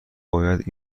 باید